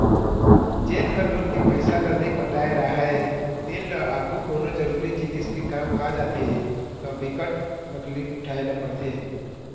जेन ह लोन के पइसा ल नइ पटाए राहय तेन ल आघु कोनो जरुरी जिनिस के काम आ जाथे त बिकट तकलीफ उठाए ल परथे